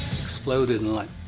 exploded and, like,